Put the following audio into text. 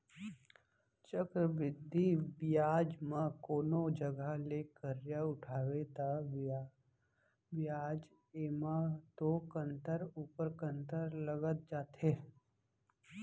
चक्रबृद्धि बियाज म कोनो जघा ले करजा उठाबे ता बियाज एमा तो कंतर ऊपर कंतर लगत जाथे